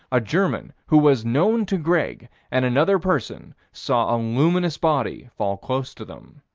a german, who was known to greg, and another person saw a luminous body fall close to them.